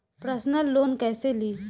Personal loan कैसे ली?